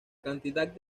cantidad